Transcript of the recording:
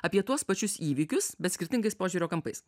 apie tuos pačius įvykius bet skirtingais požiūrio kampais